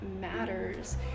matters